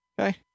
Okay